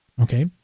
Okay